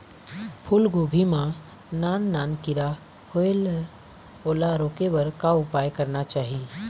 फूलगोभी मां नान नान किरा होयेल ओला रोके बर का उपाय करना चाही?